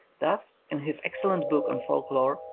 thus in his excellent book on folk-lore,